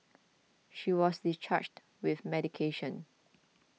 she was discharged with medication